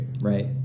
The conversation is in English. Right